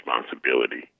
responsibility